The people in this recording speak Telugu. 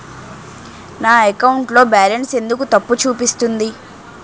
నా అకౌంట్ లో బాలన్స్ ఎందుకు తప్పు చూపిస్తుంది?